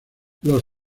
los